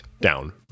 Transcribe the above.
down